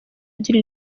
agira